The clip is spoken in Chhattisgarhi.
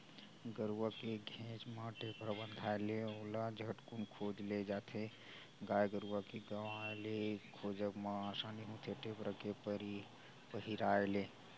गरुवा के घेंच म टेपरा बंधाय ले ओला झटकून खोज ले जाथे गाय गरुवा के गवाय ले खोजब म असानी होथे टेपरा के पहिराय ले